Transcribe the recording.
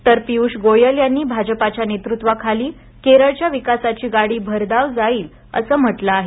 तर पियुष गोयल यांनी भाजपाच्या नेतृत्वाखाली केरळच्या विकासाची गाडी भरधाव जाईल असं म्हटलं आहे